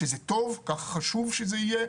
שזה טוב וככה חשוב שזה יהיה,